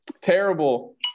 Terrible